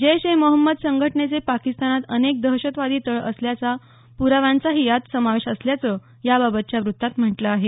जैश ए मोहम्मद संघटनेचे पाकिस्तानात अनेक दहशतवादी तळ असल्याच्या पुराव्यांचाही यात समावेश असल्याचं याबाबतच्या वृत्तात म्हटलं आहे